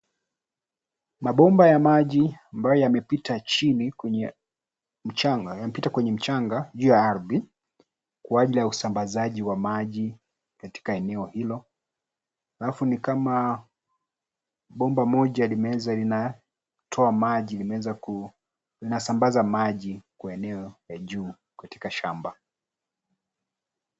Mabomba ya maji ambayo yamepita chini kwenye mchanga, yamepita kwenye mchanga juu ya ardhi kwa ajili ya usambazaji wa maji katika eneo hilo. Alafu ni kama bomba moja limeweza linatoa maji, limeweza linasambaza maji kwa eneo ya juu katika shamba.